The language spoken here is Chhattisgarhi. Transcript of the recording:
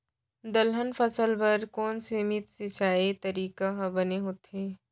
दलहन फसल बर कोन सीमित सिंचाई तरीका ह बने होथे?